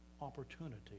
opportunity